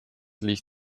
liegt